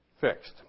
fixed